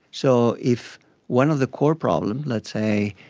so if one of the core problems, let's say,